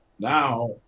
Now